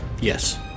Yes